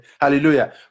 hallelujah